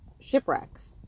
shipwrecks